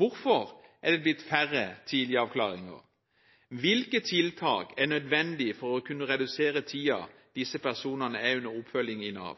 Hvorfor er det blitt færre tidligavklaringer? Hvilke tiltak er nødvendige for å kunne redusere tiden disse personene er under oppfølging av Nav?